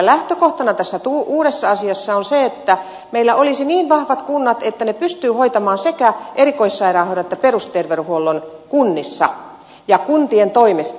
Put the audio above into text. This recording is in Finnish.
lähtökohtana tässä uudessa asiassa on se että meillä olisi niin vahvat kunnat että ne pystyvät hoitamaan sekä erikoissairaanhoidon että perusterveydenhuollon kunnissa ja kuntien toimesta